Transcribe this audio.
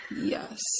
Yes